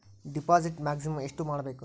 Deposit maximum ಎಷ್ಟು ಮಾಡಬೇಕು?